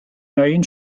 neuen